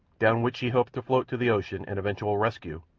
down which she hoped to float to the ocean and eventual rescue,